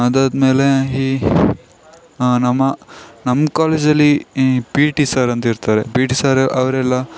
ಅದಾದಮೇಲೆ ಈ ನಮ್ಮ ನಮ್ಮ ಕಾಲೇಜಲ್ಲಿ ಈ ಪಿ ಟಿ ಸರ್ ಅಂತ ಇರ್ತಾರೆ ಪಿ ಟಿ ಸಾರ್ ಅವರೆಲ್ಲ